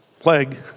plague